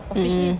mm